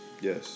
Yes